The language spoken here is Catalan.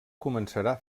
començarà